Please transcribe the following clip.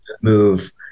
move